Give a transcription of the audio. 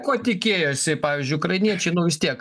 ko tikėjosi pavyzdžiui ukrainiečiai nu vis tiek